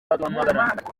waduhamagara